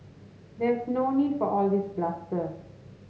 there is no need for all this bluster